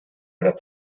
oder